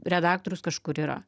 redaktorius kažkur yra